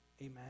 Amen